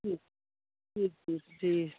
ठीक ठीक ठीक जी